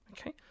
Okay